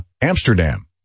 Amsterdam